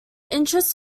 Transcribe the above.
interest